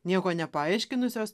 nieko nepaaiškinusios